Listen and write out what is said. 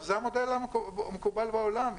זה המודל המקובל בעולם.